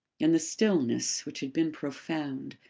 and the stillness, which had been profound,